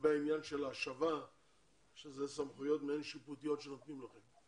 לגבי העניין של ההשבה שאלה סמכויות מעין שיפוטיות שנותנים לכם.